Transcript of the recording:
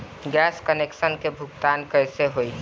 Gas connection के भुगतान कैसे होइ?